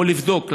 או לבדוק,